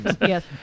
Yes